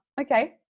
okay